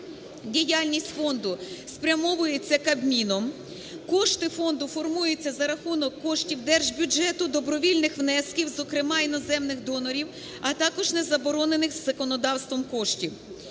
Діяльність фонду спрямовується Кабміном. Кошти фонду формуються за рахунок коштів держбюджету, добровільних внесків, зокрема іноземних донорів, а також не заборонених законодавством коштів.